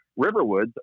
Riverwoods